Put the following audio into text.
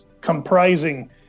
comprising